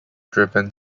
driven